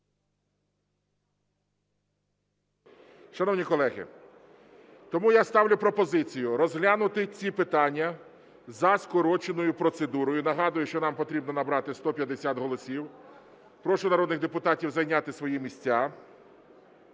Шановні колеги, тому я ставлю пропозицію розглянути ці питання за скороченою процедурою. Нагадую, що нам потрібно набрати 150 голосів. Прошу народних депутатів зайняти свої місця.